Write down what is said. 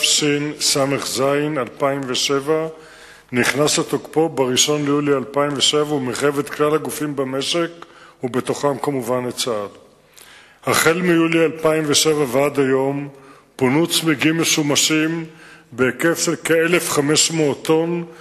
1. מה הן הסיבות האמיתיות לאיסור?